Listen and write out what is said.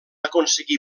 aconseguí